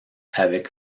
avec